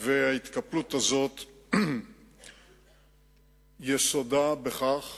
וההתקפלות הזאת יסודה בכך